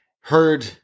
heard